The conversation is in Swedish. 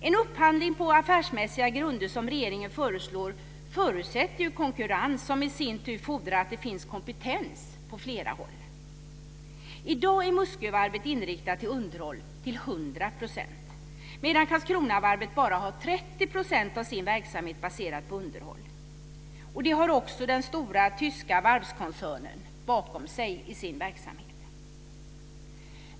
En upphandling på affärsmässiga grunder som regeringen föreslår förutsätter konkurrens som i sin tur fordrar att det finns kompetens på flera håll. I dag är Karlskronavarvet bara har 30 % av sin verksamhet baserad på underhåll. Man har också den stora tyska varvskoncernen bakom sig i sin verksamhet.